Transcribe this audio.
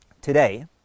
Today